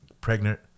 pregnant